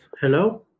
hello